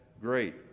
great